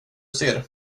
ser